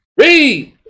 Read